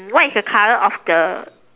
what is the color of the